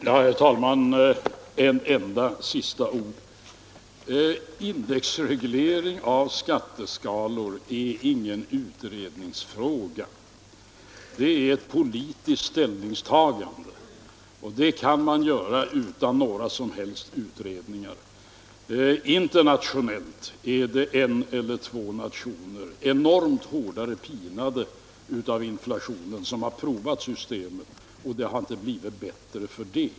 Herr talman! Ett enda sista ord. Indexreglering av skatteskalor är ingen utredningsfråga. Det är ett politiskt ställningstagande, och politisk ställning kan man ta utan några som helst utredningar. Internationellt är det en eller få nationer, enormt mycket hårdare pinade av inflationen, som har prövat systemet, men det har inte blivit bättre för det.